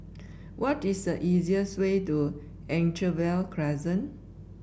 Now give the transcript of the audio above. what is the easiest way to Anchorvale Crescent